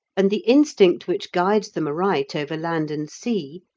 and the instinct which guides them aright over land and sea,